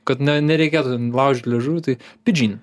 kad nereikėtų laužyt liežuvių tai pidžin